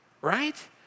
right